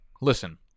Listen